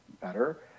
better